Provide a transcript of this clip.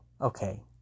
okay